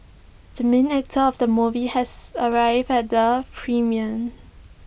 the main actor of the movie has arrived at the premium